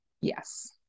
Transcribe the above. Yes